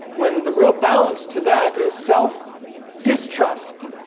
when? the real balance to that is self distrust